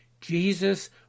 Jesus